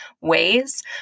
ways